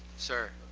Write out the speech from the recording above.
sir